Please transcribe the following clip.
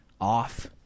Off